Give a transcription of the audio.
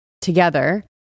together